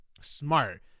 smart